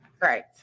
Right